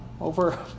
over